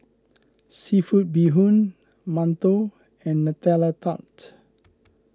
Seafood Bee Hoon Mantou and Nutella Tart